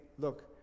look